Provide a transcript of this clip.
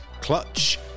clutch